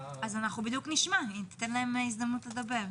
אנחנו בדיוק נשמע, אם תיתן להם הזדמנות לדבר.